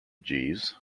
jeeves